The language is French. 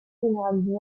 généralisée